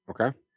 Okay